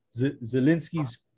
Zelensky's